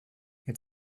elle